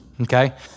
Okay